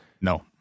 No